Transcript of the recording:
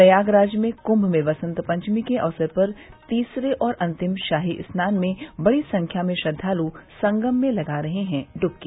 प्रयागराज में कृम्म में वसंत पंचमी के अवसर पर तीसरे और अंतिम शाही स्नान में बड़ी संख्या में श्रद्वाल संगम में लगा रहे हैं ड्बकी